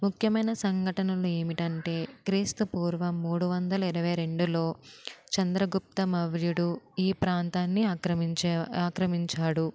ముఖ్యమైన సంఘటనలు ఏమిటి అంటే క్రీస్తుపూర్వం ముడువందల ఇరవైరెండులో చంద్రగుప్త మౌర్యుడు ఈ ప్రాంతాన్ని ఆక్రమించే ఆక్రమించాడు